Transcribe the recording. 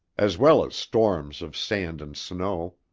as well as storms of sand and snow.